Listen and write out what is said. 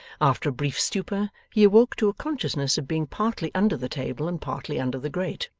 after a brief stupor, he awoke to a consciousness of being partly under the table and partly under the grate.